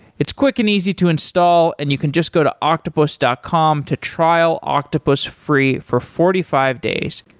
it's quick and easy to install and you can just go to octopus dot com to trial octopus free for forty five days.